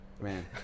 Man